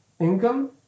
income